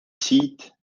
sieht